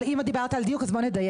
אם דיברת על דיוק, אז בוא נדייק.